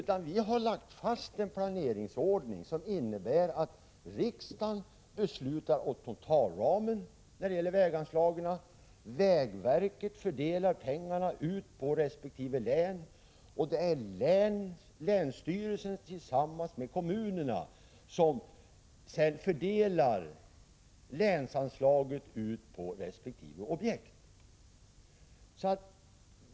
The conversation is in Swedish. Vi har lagt fast en planeringsordning som innebär att riksdagen beslutar om totalramen när det gäller väganslagen medan vägverket fördelar pengarna ut på resp. län och länsstyrelsen tillsammans med kommunerna fördelar länsanslaget ut på resp. objekt.